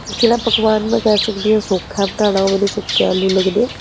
ਜਿਹੜਾ ਪਕਵਾਨ ਮੈਂ ਕਹਿ ਸਕਦੀ ਹਾਂ ਸੌਖਾ ਹੈ ਬਣਾਉਣਾ ਉਹ ਮੈਨੂੰ ਸੁੱਕੇ ਆਲੂ ਲੱਗਦੇ ਹੈ